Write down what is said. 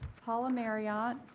paula marriott,